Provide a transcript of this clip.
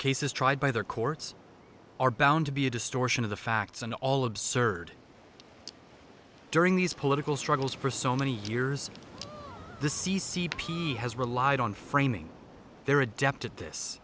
case is tried by their courts are bound to be a distortion of the facts and all absurd during these political struggles for so many years the c c p has relied on framing their adept at this